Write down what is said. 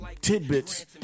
tidbits